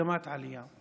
למגמת עלייה.